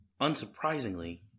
unsurprisingly